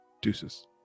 Deuces